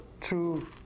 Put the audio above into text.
true